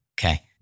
Okay